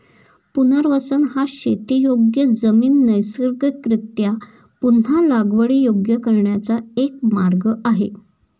पुनर्वसन हा शेतीयोग्य जमीन नैसर्गिकरीत्या पुन्हा लागवडीयोग्य करण्याचा एक मार्ग आहे